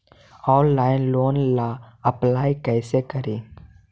Online loan ला apply कैसे करी?